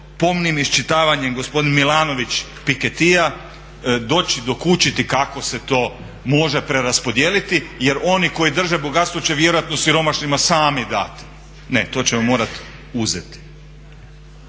pomnim iščitavanjem gospodin Milanović Piketija doći, dokučiti kako se to može preraspodijeliti. Jer oni koji drže bogatstvo će vjerojatno siromašnima sami dati. Ne, to ćemo morati uzeti.